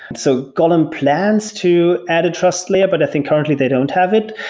so golem plans to add a trust layer, but i think currently they don't have it.